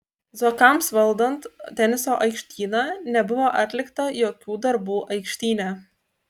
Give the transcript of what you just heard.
zuokams valdant teniso aikštyną nebuvo atlikta jokių darbų aikštyne